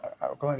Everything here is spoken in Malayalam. അതൊക്കെ മതി